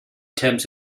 terms